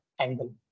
angle